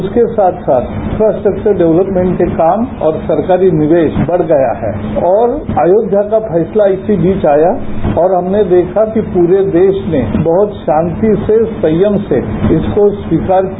उसके साथ साथ इफ्रास्ट्रक्वर डेवलपमेंट के काम और सरकारी निवेश बढ़ गया है और अयोध्या का फैसला इसी बीच आया और हमने देखा की पूरे देश ने बहत शांति से संयम से इसको स्वीकार किया